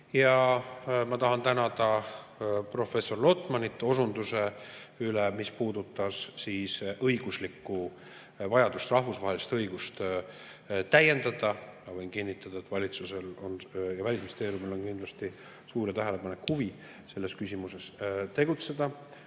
Ma tahan tänada ka professor Lotmanit osunduse eest, mis puudutas vajadust rahvusvahelist õigust täiendada. Ma võin kinnitada, et valitsusel, Välisministeeriumil on kindlasti suur huvi selles küsimuses tegutseda